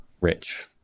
rich